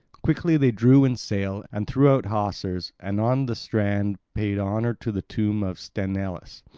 quickly they drew in sail and threw out hawsers, and on the strand paid honour to the tomb of sthenelus,